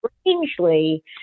strangely